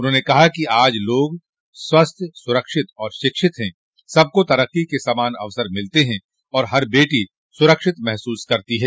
उन्होंने कहा कि आज लोग स्वस्थ सुरक्षित और शिक्षित हैं सबको तरक्की के समान अवसर मिलते हैं और हर बेटी सुरक्षित महसूस करती है